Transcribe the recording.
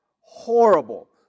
horrible